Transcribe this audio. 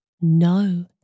no